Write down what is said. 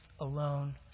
alone